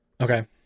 Okay